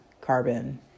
carbon